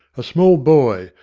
a small boy,